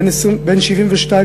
בן 72,